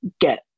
get